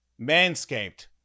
Manscaped